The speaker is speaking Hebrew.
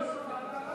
מירי רגב,